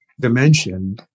dimension